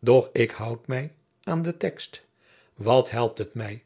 doch ik houd mij aan den text wat helpt het mij